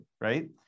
right